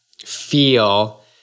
feel